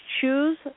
choose